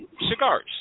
Cigars